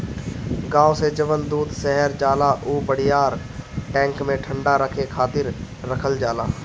गाँव से जवन दूध शहर जाला उ बड़ियार टैंक में ठंडा रखे खातिर रखल जाला